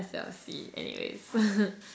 S_L_C anyways